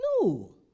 No